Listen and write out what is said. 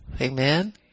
amen